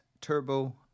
Turbo